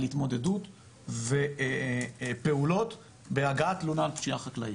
התמודדות ופעולות בהגעת תלונה על פשיעה חקלאית.